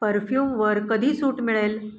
परफ्यूमवर कधी सूट मिळेल